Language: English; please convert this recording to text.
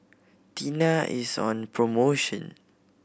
tena is on promotion